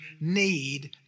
need